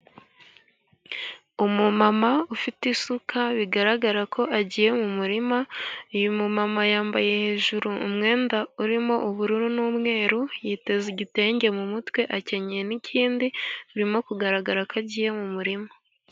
Umumama ufite isuka bigaragara ko agiye mu murima, uyu mumama yambaye hejuru umwenda urimo ubururu, w'umweru, yiteze igitenge mu mutwe akenye n'ikindi, birimo kugaragara ko agiye mu murima.